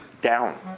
down